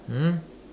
hmm